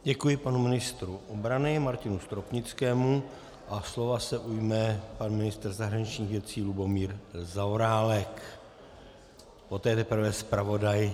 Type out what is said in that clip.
Děkuji panu ministru obrany Martinu Stropnickému a slova se ujme pan ministr zahraničních věcí Lubomír Zaorálek, poté teprve zpravodaj.